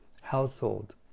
household